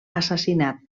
assassinat